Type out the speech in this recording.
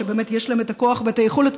שבאמת יש להן הכוח ואת היכולת,